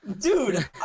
Dude